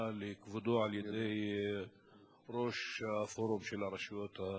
לכבודו על-ידי ראש הפורום של הרשויות הדרוזיות: